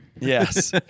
yes